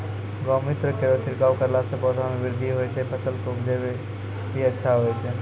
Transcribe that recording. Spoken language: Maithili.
गौमूत्र केरो छिड़काव करला से पौधा मे बृद्धि होय छै फसल के उपजे भी अच्छा होय छै?